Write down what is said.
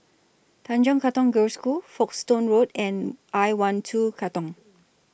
Tanjong Katong Girls' School Folkestone Road and I one two Katong